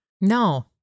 No